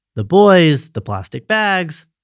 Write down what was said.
the boys, the plastic bags,